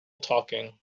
talking